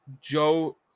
Joe